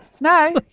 No